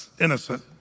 innocent